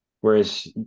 whereas